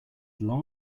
long